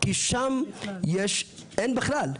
כי שם אין בכלל.